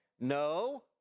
No